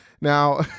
Now